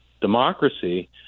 democracy